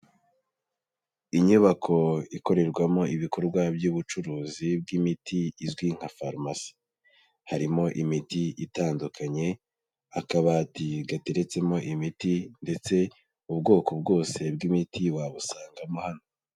Inyubako ikorerwamo ibikorwa by'ubucuruzi bw'imiti, izwi nka farumasi, harimo imiti itandukanye, akabati gateretsemo imiti, ndetse ubwoko bwose bw'imiti wabusangamo hano.